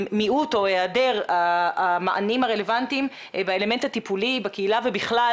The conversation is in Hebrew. מיעוט או היעדר המענים הרלוונטיים והאלמנט הטיפולי בקהילה ובכלל,